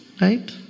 Right